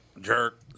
jerk